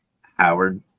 Howard